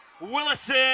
Willison